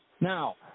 now